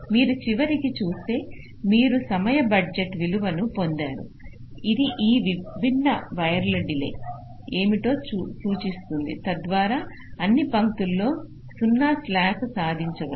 మీరు చివరికి చూస్తే మీరు సమయ బడ్జెట్ విలువను పొందారు ఇది ఈ విభిన్న వైర్ల డిలే ఏమిటో సూచిస్తుంది తద్వారా అన్ని పంక్తులలో 0 స్లాక్ సాధించవచ్చు